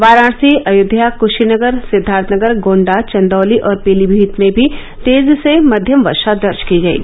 वाराणसी अयोध्या क्शीनगर सिद्दार्थनगर गोण्डा चंदौली और पीलीभीत में भी तेज से मध्यम वर्षा दर्ज की गयी